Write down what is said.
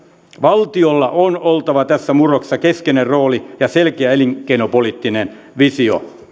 valtiolla on oltava tässä murroksessa keskeinen rooli ja selkeä elinkeinopoliittinen visio